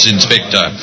Inspector